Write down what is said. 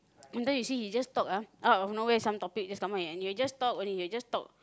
sometimes you see he just talk ah out of nowhere some topic just come out in any way he will talk only he will just talk